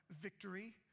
victory